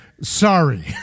Sorry